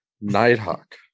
nighthawk